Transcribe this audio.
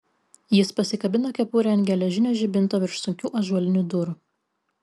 jis pasikabino kepurę ant geležinio žibinto virš sunkių ąžuolinių durų